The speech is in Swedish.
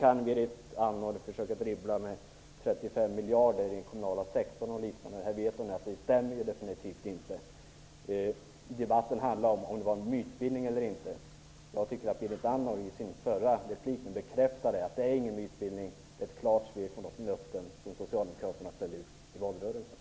Berit Andnor kan sedan försöka dribbla med 35 miljarder inom den kommunala sektorn. Berit Andnor vet att det inte stämmer. Debatten handlar om om det var en mytbildning eller inte. I sin förra replik bekräftade Berit Andnor att det inte är någon mytbildning utan ett klart svek av de löften som socialdemokraterna gav i valrörelsen.